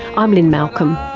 i'm lynne malcolm.